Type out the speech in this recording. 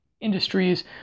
industries